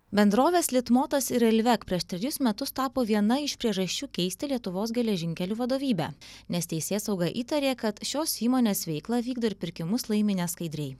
bendrovės litmotas ir reilvek prieš trejus metus tapo viena iš priežasčių keisti lietuvos geležinkelių vadovybę nes teisėsauga įtarė kad šios įmonės veiklą vykdo ir pirkimus laimi neskaidriai